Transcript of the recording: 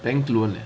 bank loan leh